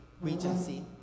Regency